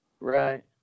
right